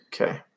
Okay